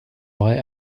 vrai